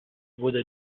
wurde